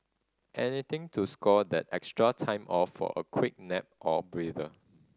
anything to score that extra time off for a quick nap or breather